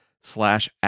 slash